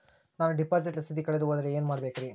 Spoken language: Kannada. ನಾನು ಡಿಪಾಸಿಟ್ ರಸೇದಿ ಕಳೆದುಹೋದರೆ ಏನು ಮಾಡಬೇಕ್ರಿ?